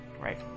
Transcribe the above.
Right